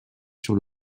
sur